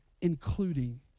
Including